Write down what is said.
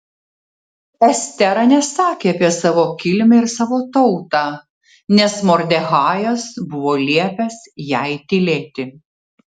estera nesakė apie savo kilmę ir savo tautą nes mordechajas buvo liepęs jai tylėti